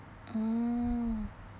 oh